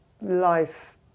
life